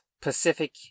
Pacific